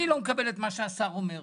אני לא מקבל את מה שהשר אומר.